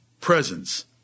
presence